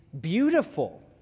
beautiful